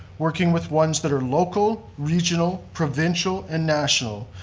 working with ones that are local, regional, provincial and national,